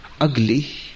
ugly